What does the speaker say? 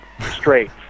straight